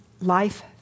life